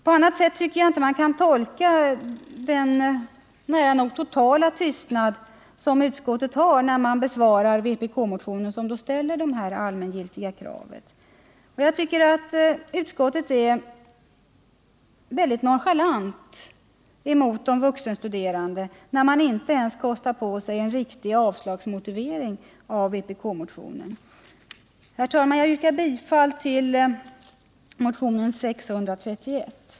På annat sätt kan man inte tolka den nära nog totala tystnad som utskottet intar när det gäller att besvara den vpk-motion som ställer dessa allmängiltiga krav. Jag tycker att utskottet är mycket nonchalant mot de vuxenstuderande, när man inte ens kostar på sig en riktig avslagsmotivering i fråga om vpk-motionen. Herr talman! Jag yrkar bifall till motionen 631.